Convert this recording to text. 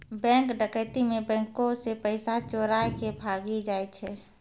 bank डकैती मे बैंको से पैसा चोराय के भागी जाय छै